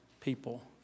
people